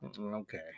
Okay